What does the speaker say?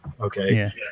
Okay